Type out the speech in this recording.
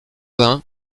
vingt